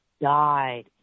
died